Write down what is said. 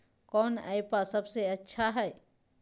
कौन एप्पबा सबसे अच्छा हय?